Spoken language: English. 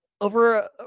over